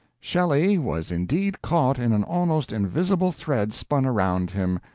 shelley was indeed caught in an almost invisible thread spun around him,